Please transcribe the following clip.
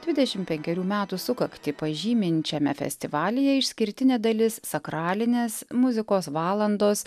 dvidešim penkerių metų sukaktį pažyminčiame festivalyje išskirtinė dalis sakralinės muzikos valandos